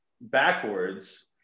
backwards